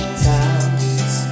towns